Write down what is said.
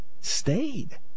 stayed